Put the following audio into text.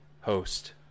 host